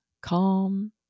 calm